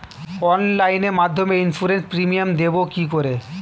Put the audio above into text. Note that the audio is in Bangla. অনলাইনে মধ্যে ইন্সুরেন্স প্রিমিয়াম দেবো কি করে?